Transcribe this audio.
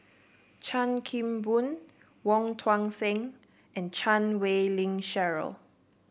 Chan Kim Boon Wong Tuang Seng and Chan Wei Ling Cheryl